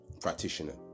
practitioner